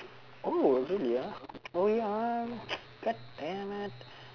oh really ah oh ya ah goddamn it